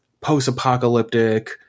post-apocalyptic